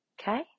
Okay